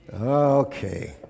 Okay